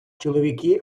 чоловіки